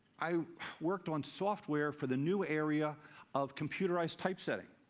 i worked on software for the new area of computerized typesetting.